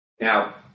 Now